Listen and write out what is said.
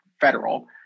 federal